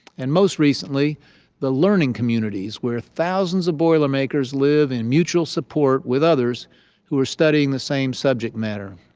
and most recently the learning communities where thousands of boilermakers live in mutual support with others who are studying the same subject matter.